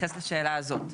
תתייחס לשאלה הזו.